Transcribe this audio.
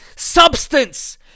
substance